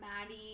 Maddie